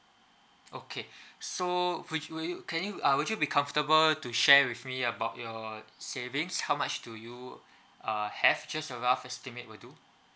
okay so which will you can you uh would you be comfortable to share with me about your savings how much do you uh have just a rough estimate will do